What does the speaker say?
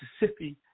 Mississippi